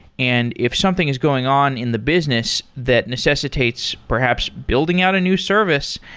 and if something is going on in the business that necessitates perhaps building out a new service,